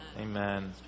Amen